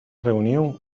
reunión